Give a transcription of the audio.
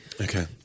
Okay